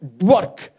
work